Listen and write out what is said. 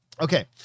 Okay